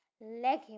leg